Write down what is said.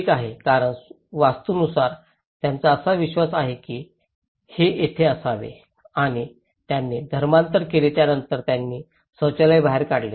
ठीक आहे कारण वास्तुनुसार त्यांचा असा विश्वास आहे की हे येथे असावे आणि त्यांनी धर्मांतर केले त्यानंतर त्यांनी शौचालय बाहेर ढकलले